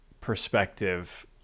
perspective